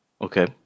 Okay